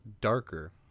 darker